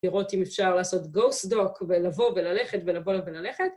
‫לראות אם אפשר לעשות גוסט דוק ‫ולבוא וללכת ולבוא וללכת